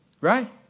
right